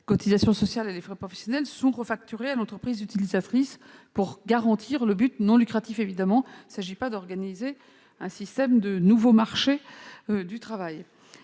cotisations sociales et frais professionnels -sont refacturés à l'entreprise utilisatrice pour garantir le caractère non lucratif : il ne s'agit pas d'organiser une sorte de nouveau marché du travail.